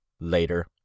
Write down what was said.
later